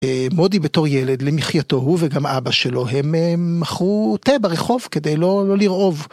מודי בתור ילד למחייתו, הוא וגם אבא שלו, הם מכרו תה ברחוב כדי לא לרעוב.